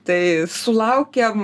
tai sulaukiam